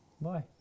bye